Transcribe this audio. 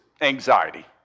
anxiety